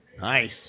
Nice